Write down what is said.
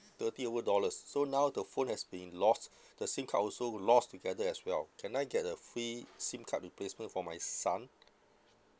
thirty over dollars so now the phone has been lost the SIM card also lost together as well can I get a free SIM card replacement for my son